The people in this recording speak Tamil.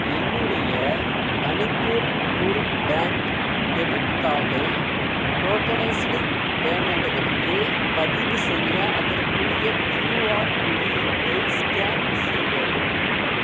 என்னுடைய மணிப்பூர் ரூல் பேங்க் டெபிட் கார்டை டோகனைஸ்டு பேமெண்டுகளுக்கு பதிவுசெய்ய அதற்குரிய கியூஆர் குறியீட்டை ஸ்கேன் செய்யவும்